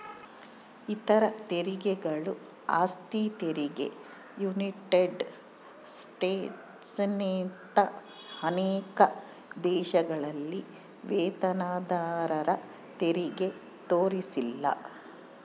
ಇತರ ತೆರಿಗೆಗಳು ಆಸ್ತಿ ತೆರಿಗೆ ಯುನೈಟೆಡ್ ಸ್ಟೇಟ್ಸ್ನಂತ ಅನೇಕ ದೇಶಗಳಲ್ಲಿ ವೇತನದಾರರತೆರಿಗೆ ತೋರಿಸಿಲ್ಲ